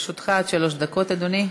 לרשותך עד שלוש דקות, אדוני.